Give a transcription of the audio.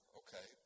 okay